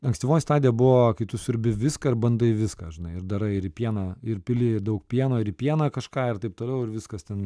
ankstyvoji stadija buvo kai tu siurbi viską ir bandai viską žinai ir darai ir pieną ir pili daug pieno ir į pieną kažką ir taip toliau ir viskas ten